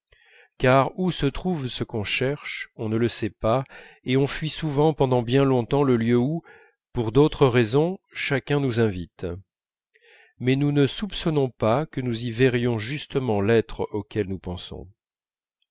car où se trouve ce qu'on cherche on ne le sait pas et on fuit souvent pendant bien longtemps le lieu où pour d'autres raisons chacun nous invite mais nous ne soupçonnons pas que nous y verrions justement l'être auquel nous pensons